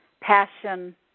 passion